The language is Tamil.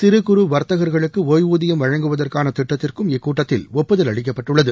சிறு குறு வர்த்தகர்களுக்குடிவூதியம் வழங்குவதற்கானதிட்டத்திற்கும் இக்கூட்டத்தில் ஒப்புதல் அளிக்கப்பட்டுள்ளது